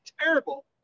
terrible